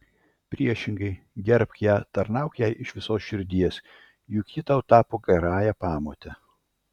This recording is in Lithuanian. priešingai gerbk ją tarnauk jai iš visos širdies juk ji tau tapo gerąja pamote